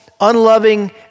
unloving